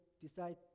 decide